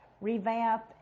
revamp